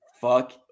Fuck